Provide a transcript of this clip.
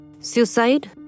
Suicide